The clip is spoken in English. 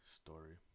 story